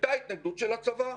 הייתה התנגדות של הצבא.